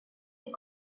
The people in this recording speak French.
les